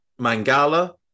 Mangala